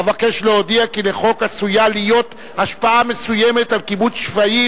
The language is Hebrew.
"אבקש להודיע כי לחוק עשויה להיות השפעה מסוימת על קיבוץ שפיים,